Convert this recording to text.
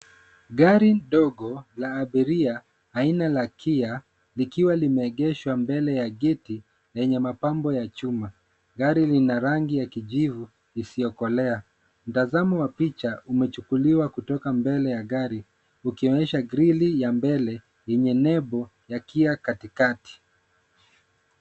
Gari dogo la abiria aina la Kia likiwa limeegeshwa mbele ya geti yenye mapambo ya chuma. Gari lina rangi ya kijivu isiyokolea. Mtazamo wa picha umechukuliwa kutoka mbele ya gari, ikionyesha grili ya mbele yenye nembo ya Kia katikati.